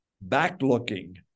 back-looking